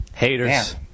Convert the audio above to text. haters